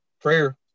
prayer